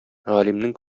галимнең